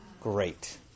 Great